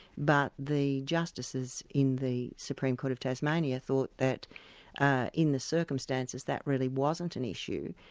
but the justices in the supreme court of tasmania thought that ah in the circumstances that really wasn't an issue,